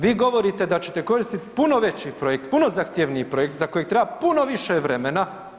Vi govorite da ćete koristit puno veći projekt, puno zahtjevniji projekt za kojeg treba puno više vremena.